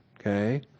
okay